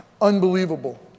unbelievable